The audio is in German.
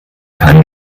keinen